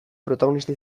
protagonista